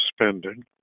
spending